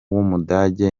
w’umudage